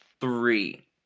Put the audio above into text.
Three